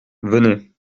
venez